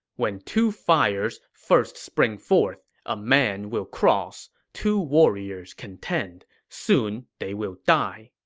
when two fires first spring forth a man will cross. two warriors contend soon they will die.